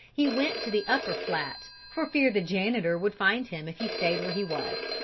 he went to the upper flat, for fear the janitor would find him if he stayed where he was.